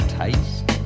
taste